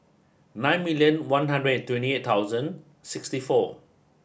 ninety million one hundred and twenty eight thousand sixty four